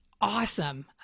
awesome